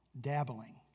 dabbling